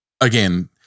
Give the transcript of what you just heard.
again